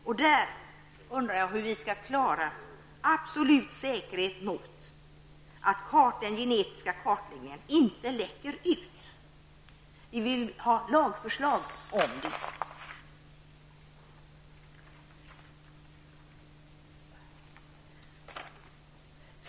Jag undrar hur vi skall kunna åstadkomma absolut säkerhet för att den genetiska kartläggningen inte läcker ut. Vi vill på den punkten ha ett lagförslag.